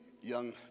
young